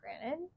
granted